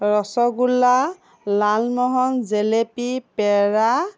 rasgulla lalmohan jalebi পেৰা